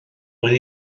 mwyn